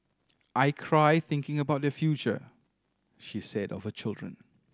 i cry thinking about their future she said of her children